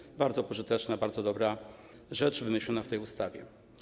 Jest to bardzo pożyteczna, bardzo dobra rzecz wymyślona w tej ustawie.